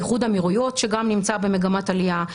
איחוד האמירויות שגם נמצא במגמת עלייה,